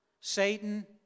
Satan